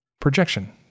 projection